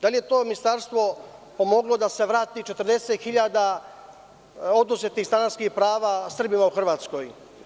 Da li je to ministarstvo pomoglo da se vrati 40.000 oduzetih stanarskih prava Srbima u Hrvatskoj?